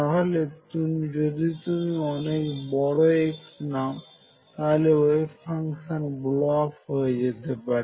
তাহলে যদি তুমি অনেক বড় x নাও তাহলে ওয়েভ ফাংশন ব্লো আপ হয়ে যেতে পারে